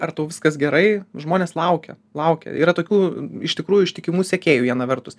ar tau viskas gerai žmonės laukia laukia yra tokių iš tikrųjų ištikimų sekėjų viena vertus